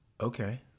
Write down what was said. Okay